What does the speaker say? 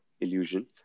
illusion